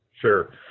Sure